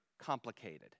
complicated